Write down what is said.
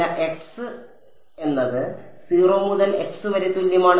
ചില x എന്നത് 0 മുതൽ x വരെ തുല്യമാണ്